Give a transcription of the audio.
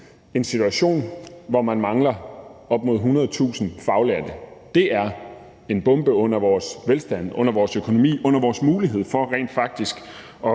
en situation, hvor man mangler op mod 100.000 faglærte, er en bombe under vores velstand i Danmark, under vores økonomi, under vores mulighed for rent faktisk